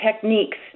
techniques